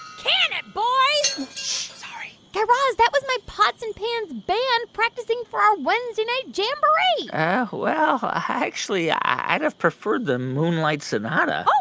can it, boys sorry guy raz, that was my pots and pans band practicing for our wednesday night jamboree well, ah actually, i'd have preferred the moonlight sonata.